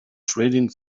trading